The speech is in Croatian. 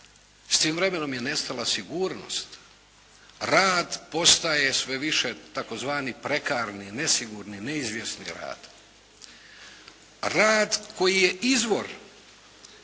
S tim vremenom je nestala sigurnost. Rad postaje sve više takozvani prekarni, nesigurni, neizvjesni rad. Rad koji je izvor